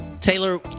Taylor